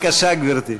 בבקשה, גברתי.